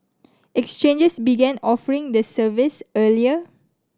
exchanges began offering the service earlier